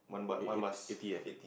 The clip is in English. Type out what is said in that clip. eh e~ eighty eh